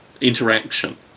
interaction